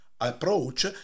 approach